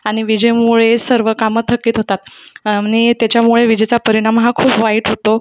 आणि विजेमुळे सर्व कामं थकीत होतात आणि त्याच्यामुळे विजेचा परिणाम हा खूप वाईट होतो